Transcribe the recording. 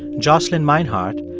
jocelyn meinhardt,